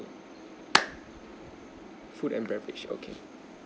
food and beverage okay